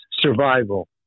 survival